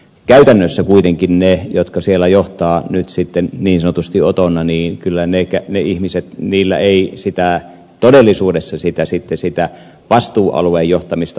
käytännössä kuitenkaan niillä jotka siellä johtavat nyt niin sanotusti otoina niin kyllä ne ihmiset niillä ei todellisuudessa sitten sitä vastuualuejohtamista ole